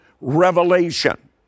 revelation